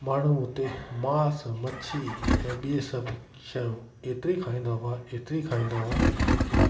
माण्हू हुते मांस मच्छी ऐं ॿे सभु शयूं एतरी खाईंदा हुआ एतरी खाईंदा हुआ की